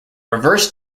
reverse